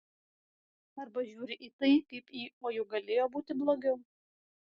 arba žiūri į tai kaip į o juk galėjo būti blogiau